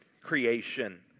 creation